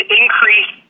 increase